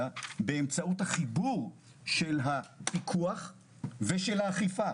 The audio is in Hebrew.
באמצעות החיבור של הפיקוח ושל האכיפה,